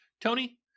Tony